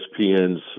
ESPN's